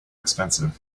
expensive